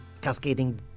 cascading